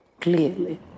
Clearly